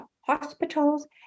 hospitals